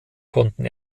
konnten